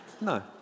No